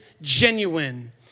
genuine